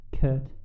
Kurt